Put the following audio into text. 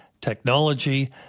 technology